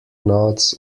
nodes